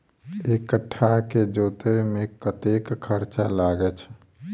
एक कट्ठा केँ जोतय मे कतेक खर्चा लागै छै?